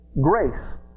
Grace